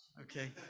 Okay